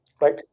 Right